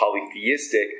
polytheistic